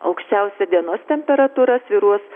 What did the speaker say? aukščiausia dienos temperatūra svyruos